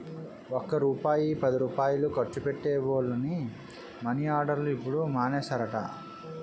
ఒక్క రూపాయి పదిరూపాయలు ఖర్చు పెట్టే వోళ్లని మని ఆర్డర్లు ఇప్పుడు మానేసారట